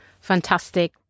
Fantastic